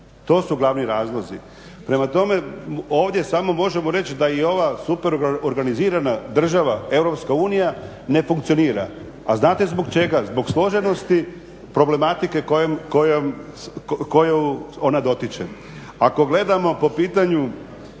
To su glavni razlozi. Prema tome ovdje samo možemo reći da je ova super organizirana država EU ne funkcionira. A znate zbog čega? Zbog složenosti problematike koju ona dotiče. Ako gledamo po pitanju